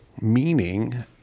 meaning